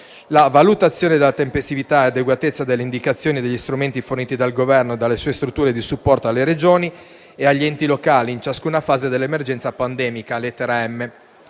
la valutazione della tempestività ed adeguatezza delle indicazioni e degli strumenti forniti dal Governo e dalle sue strutture di supporto alle Regioni e agli enti locali in ciascuna fase dell'emergenza pandemica (lettera